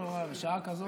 לא נורא, בשעה כזאת.